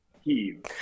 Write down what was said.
heave